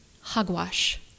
hogwash